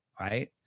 right